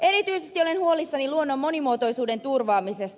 erityisesti olen huolissani luonnon monimuotoisuuden turvaamisesta